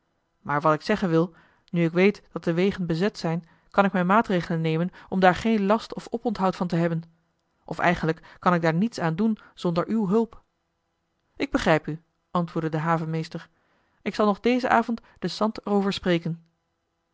maar wat ik zeggen wil nu ik weet dat de wegen bezet zijn kan ik mijn maatregelen nemen om daar geen last of oponthoud van te hebben of eigenlijk kan ik daar niets aan doen zonder uw hulp ik begrijp u antwoordde de havenmeester ik zal nog dezen avond den sant er over spreken